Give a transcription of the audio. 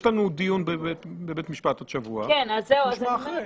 יש לנו דיון בבית משפט השבוע, נשמע אחרי.